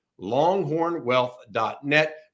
longhornwealth.net